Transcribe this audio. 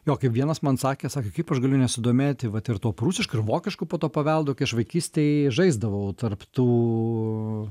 jo kaip vienas man sakė sakė kaip aš galiu nesidomėti vat ir tuo prūsišku ir vokišku po to paveldu kai aš vaikystėj žaisdavau tarp tų